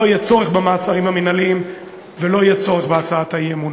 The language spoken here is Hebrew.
לא יהיה צורך במעצרים המינהליים ולא יהיה צורך בהצעת האי-אמון.